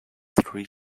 three